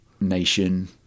nation